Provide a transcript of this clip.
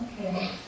Okay